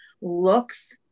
looks